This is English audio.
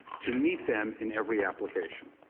to meet them in every application.